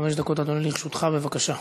חמש דקות, אדוני, לרשותך, בבקשה.